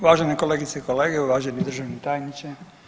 Uvažene kolegice i kolege, uvaženi državni tajniče.